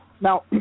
Now